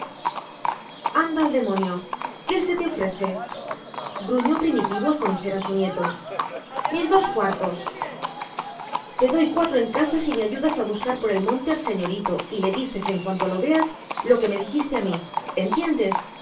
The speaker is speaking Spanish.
anda al demonio qué se te ofrece gruñó primitivo al conocer a su nieto mis dos cuartos te doy cuatro en casa si me ayudas a buscar por el monte al señorito y le dices en cuanto lo veas lo que me dijiste a mí entiendes